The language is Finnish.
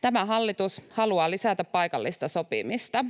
Tämä hallitus haluaa lisätä paikallista sopimista.